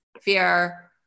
fear